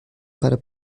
para